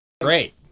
Great